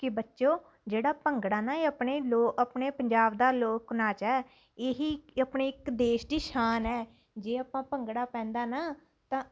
ਕਿ ਬੱਚਿਓ ਜਿਹੜਾ ਭੰਗੜਾ ਨਾ ਇਹ ਆਪਣੇ ਲੋ ਆਪਣੇ ਪੰਜਾਬ ਦਾ ਲੋਕ ਨਾਚ ਹੈ ਇਹੀ ਆਪਣੇ ਇੱਕ ਦੇਸ਼ ਦੀ ਸ਼ਾਨ ਹੈ ਜੇ ਆਪਾਂ ਭੰਗੜਾ ਪੈਂਦਾ ਨਾ ਤਾਂ